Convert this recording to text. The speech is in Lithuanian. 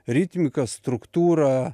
ritmiką struktūrą